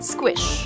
Squish